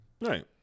Right